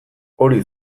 hori